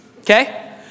Okay